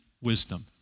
wisdom